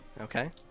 Okay